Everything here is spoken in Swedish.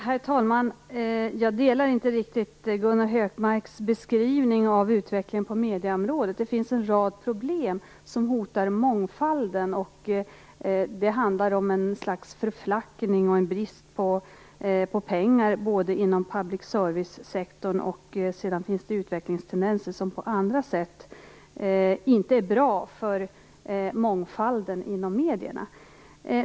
Herr talman! Jag delar inte riktigt Gunnar Hökmarks beskrivning av utvecklingen på medieområdet. En rad problem hotar mångfalden. Det handlar om ett slags förflackning och om en brist på pengar inom public service-sektorn. Vidare finns det utvecklingstendenser som på andra sätt inte är bra för mångfalden inom medierna.